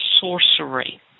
sorcery